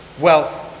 wealth